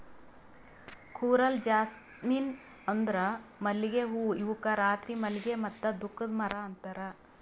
coral jasmine ಅಂದುರ್ ಮಲ್ಲಿಗೆ ಹೂವು ಇವುಕ್ ರಾತ್ರಿ ಮಲ್ಲಿಗೆ ಮತ್ತ ದುಃಖದ ಮರ ಅಂತಾರ್